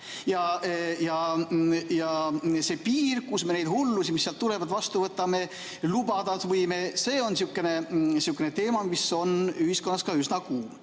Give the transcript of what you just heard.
see piir, kui palju me neid hullusi, mis sealt tulevad, vastu võtame, lubada võime, see on sihukene teema, mis on ühiskonnas üsna kuum.